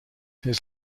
his